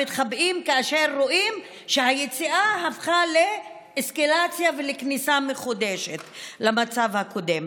מתחבאים כאשר רואים שהיציאה הפכה לאסקלציה ולכניסה מחודשת למצב הקודם.